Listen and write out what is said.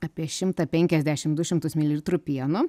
apie šimtą penkiasdešim du šimtus mililitrų pieno